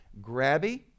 Grabby